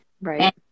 right